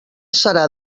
serà